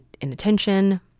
inattention